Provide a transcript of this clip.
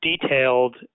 detailed